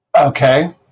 Okay